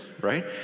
right